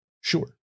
Sure